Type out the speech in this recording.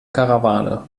karawane